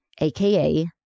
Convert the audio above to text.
aka